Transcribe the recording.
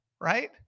right